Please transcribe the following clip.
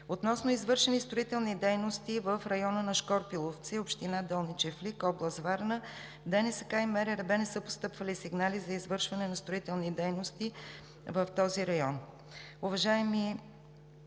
Относно извършени строителни дейности в района на Шкорпиловци – община Долни чифлик, област Варна, в ДНСК и МРРБ не са постъпвали сигнали за извършване на строителни дейности в този район.